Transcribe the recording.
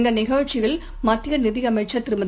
இந்தநிகழ்ச்சியில் மத்தியநிதியமைச்சர் திருமதி